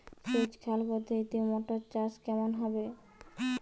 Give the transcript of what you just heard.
সেচ খাল পদ্ধতিতে মটর চাষ কেমন হবে?